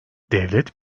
devlet